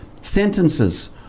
sentences